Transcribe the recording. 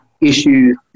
issues